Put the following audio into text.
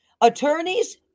Attorneys